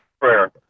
prayer